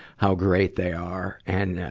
how great they are. and, ah,